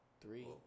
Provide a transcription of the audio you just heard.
three